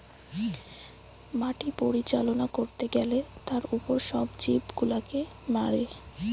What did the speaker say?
মাটি পরিচালনা করতে গ্যালে তার উপর সব জীব গুলাকে মারে